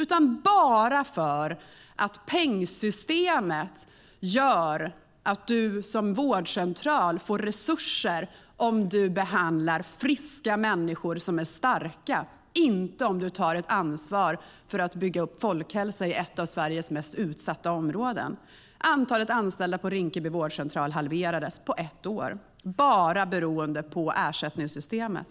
Det berodde bara på att pengsystemet gör så att vårdcentralen får resurser om den behandlar friska, starka människor, inte om den tar ett ansvar för att bygga upp folkhälsa i ett av Sveriges mest utsatta områden. Antalet anställda på Rinkeby vårdcentral halverades på ett år, bara beroende på ersättningssystemet.